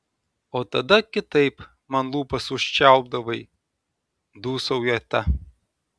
o tada kitaip man lūpas užčiaupdavai dūsauja ta